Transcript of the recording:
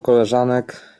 koleżanek